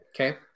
Okay